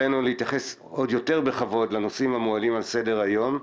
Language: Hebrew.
עלינו להתייחס עוד יותר בכבוד לנושאים המועלים על סדר היום.